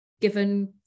given